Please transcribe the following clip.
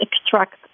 extract